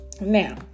Now